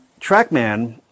TrackMan